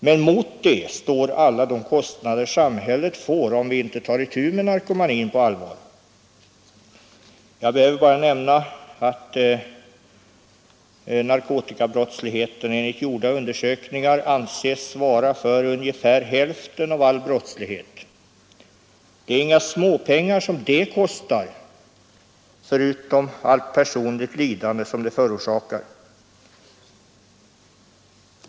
Men mot detta står alla de kostnader som samhället får, om vi inte tar itu med narkomanin på allvar. Jag behöver bara nämna att narkotikabrottsligheten enligt gjorda undersökningar har ansetts svara för ungefär hälften av all brottslighet. Det är inga småpengar som det kostar, förutom allt personligt lidande som det förorsakar!